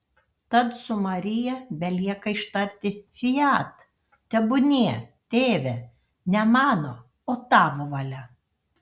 tad su marija belieka ištarti fiat tebūnie tėve ne mano o tavo valia